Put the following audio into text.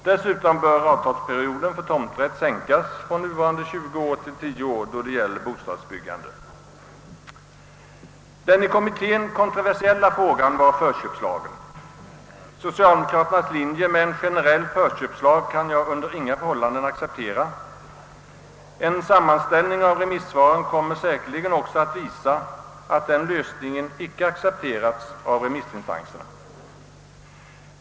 Dessutom bör avtalsperioden för tomträtt då det gäller bostadsbyggande sänkas från nuvarande 20 år till 10 år. Den i kommittén kontroversiella frågan var förköpslagen. Socialdemokraternas linje — de föreslog en generell förköpslag — kan jag under inga förhållanden acceptera. En sammanställning av remissvaren kommer säkerligen också att visa att den lösningen icke heller accepterats av remissinstanserna.